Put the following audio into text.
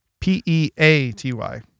P-E-A-T-Y